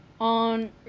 on